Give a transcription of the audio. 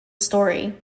story